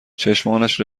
چشمانش